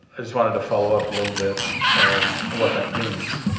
i just wanted to follow up a little bit of what that means.